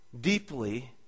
deeply